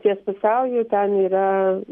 ties pusiauju ten yra